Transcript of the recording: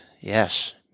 yes